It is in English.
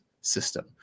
system